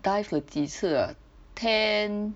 dive 了几次啊 ten